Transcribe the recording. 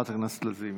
לזימי.